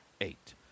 eight